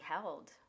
held